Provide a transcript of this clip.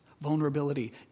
Vulnerability